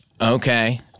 Okay